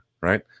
right